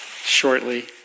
shortly